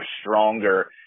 stronger